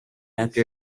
after